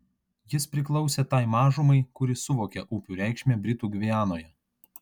jis priklausė tai mažumai kuri suvokė upių reikšmę britų gvianoje